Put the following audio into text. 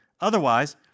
Otherwise